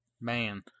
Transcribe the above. man